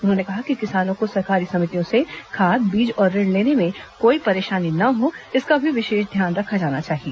उन्होंने कहा कि किसानों को सहकारी समितियों से खाद बीज और ऋण लेने में कोई परेशानी न हो इसका भी विशेष ध्यान रखा जाना चाहिए